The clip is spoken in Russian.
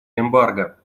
эмбарго